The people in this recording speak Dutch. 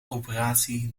operatie